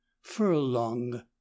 furlong